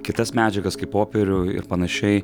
kitas medžiagas kaip popierių ir panašiai